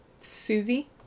Susie